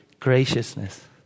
graciousness